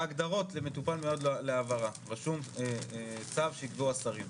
בהגדרות למטופל המיועד להעברה כתוב צו שיקבעו השרים.